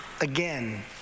again